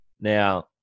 Now